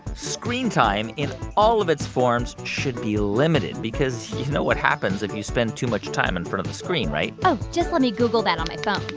screen time in all of its forms should be limited because you know what happens if you spend too much time in front of the screen, right? oh. just let me google that on my phone.